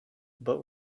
but